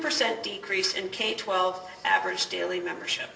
percent decrease in k twelve average daily membership